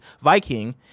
Viking